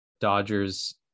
Dodgers